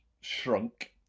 shrunk